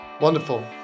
Wonderful